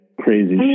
crazy